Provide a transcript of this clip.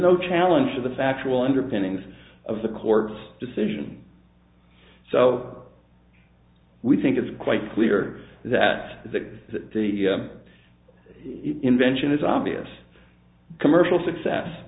no challenge to the factual underpinnings of the court's decision so we think it's quite clear that that the invention is obvious commercial success